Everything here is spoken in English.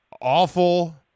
awful